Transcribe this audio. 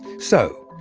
so,